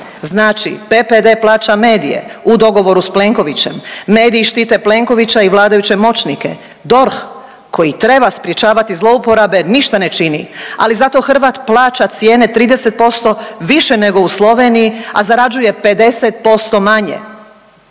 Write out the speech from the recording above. Znači PPD plaća medije u dogovoru sa Plenkovićem. Mediji štite Plenkovića i vladajuće moćnike. DORH koji treba sprječavati zlouporabe ništa ne čini, ali zato Hrvat plaća cijene 30% više nego u Sloveniji a zarađuje 50% manje.